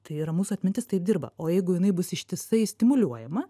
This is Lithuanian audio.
tai yra mūsų atmintis taip dirba o jeigu jinai bus ištisai stimuliuojama